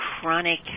chronic